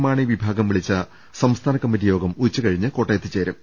മാണി വിഭാഗം വിളിച്ച സംസ്ഥാന കമ്മിറ്റി യോഗം ഉച്ചു കഴിഞ്ഞ് കോട്ടയത്ത് ചേരും